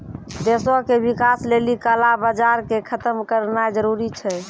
देशो के विकास लेली काला बजार के खतम करनाय जरूरी छै